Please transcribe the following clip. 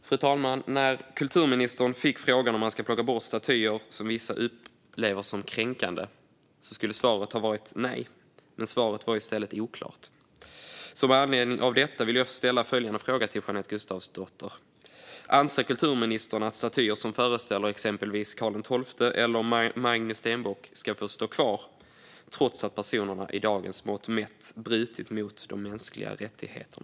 Fru talman! När kulturministern fick frågan om man ska plocka bort statyer som vissa upplever kränkande skulle svaret varit nej. Men svaret var i stället oklart. Så med anledning av detta vill jag ställa följande fråga till Jeanette Gustafsdotter: Anser kulturministern att statyer som föreställer exempelvis Karl XII eller Magnus Stenbock ska få stå kvar trots att personerna med dagens mått mätt bröt mot de mänskliga rättigheterna?